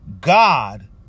God